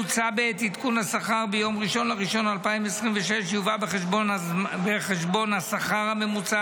מוצע כי בעת עדכון השכר ביום 1 בינואר 2026 יובא בחשבון השכר הממוצע